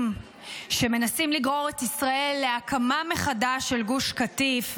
שמנסים לגרור את ישראל להקמה מחדש של גוש קטיף,